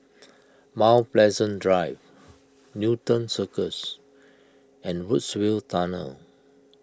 Mount Pleasant Drive Newton Circus and Woodsville Tunnel